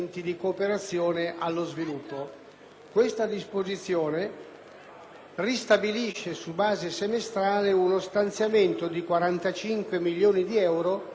disposizione ristabilisce su base semestrale uno stanziamento di 45 milioni di euro destinati alla cooperazione allo sviluppo nelle aree di crisi